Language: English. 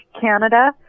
Canada